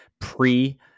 pre